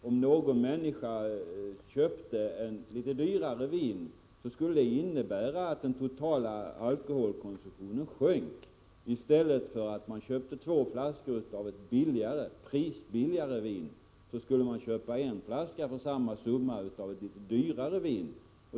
Om en person köpte ett litet dyrare vin skulle den totala alkoholkonsumtionen sjunka därigenom att han i stället för två flaskor av ett prisbilligare vin för samma summa köpte en flaska av ett litet dyrare vin.